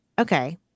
okay